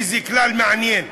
איזה כלל מעניין.